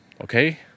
okay